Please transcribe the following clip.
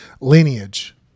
lineage